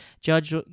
Judge